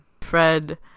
Fred